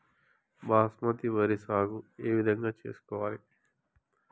బాస్మతి వరి సాగు ఏ విధంగా చేసుకోవాలి?